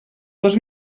dos